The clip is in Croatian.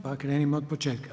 Pa krenimo od početka.